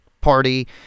Party